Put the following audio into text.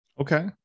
Okay